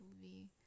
movie